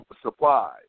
supplies